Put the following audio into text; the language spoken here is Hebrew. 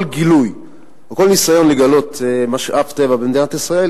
כל גילוי או כל ניסיון לגלות משאב טבע במדינת ישראל,